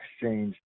exchange